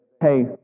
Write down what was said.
hey